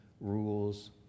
rules